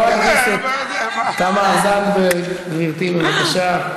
חברת הכנסת תמר זנדברג, גברתי, בבקשה.